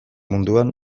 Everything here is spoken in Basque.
munduan